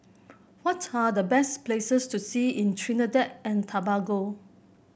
what are the best places to see in Trinidad and Tobago